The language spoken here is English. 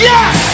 Yes